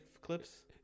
clips